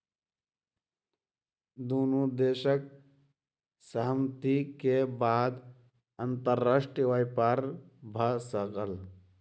दुनू देशक सहमति के बाद अंतर्राष्ट्रीय व्यापार भ सकल